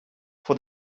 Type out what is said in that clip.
for